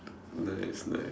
nice nice